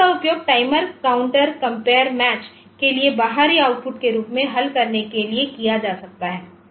तो इसका उपयोग टाइमर काउंटर कंपेयर मैच के लिए बाहरी आउटपुट के रूप में हल करने के लिए किया जा सकता है